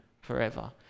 forever